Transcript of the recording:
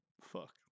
Fuck